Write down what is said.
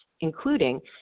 including